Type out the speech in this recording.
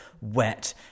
wet